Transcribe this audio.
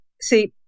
see